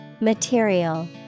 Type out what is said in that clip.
Material